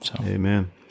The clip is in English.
Amen